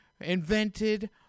invented